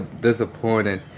disappointing